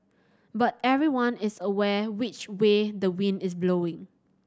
but everyone is aware which way the wind is blowing